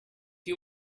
you